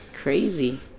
Crazy